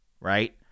right